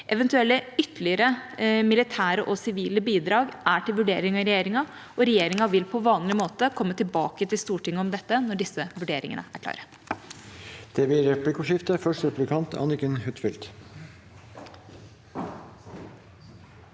Eventuelle ytterligere militære og sivile bidrag er til vurdering av regjeringa, og regjeringa vil på vanlig måte komme tilbake til Stortinget om dette når disse vurderingene er klare.